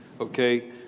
Okay